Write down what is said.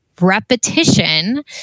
repetition